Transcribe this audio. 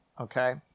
okay